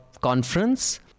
conference